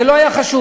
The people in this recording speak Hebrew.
זה לא היה חשוד.